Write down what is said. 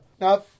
now